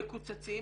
מקוצצים.